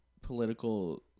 political